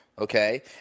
Okay